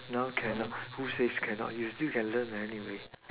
now cannot who says cannot you still can learn anyway